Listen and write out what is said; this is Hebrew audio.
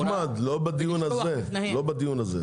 אחמד, לא בדיון הזה.